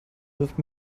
wirft